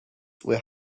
were